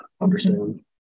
understand